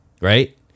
Right